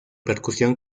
percusión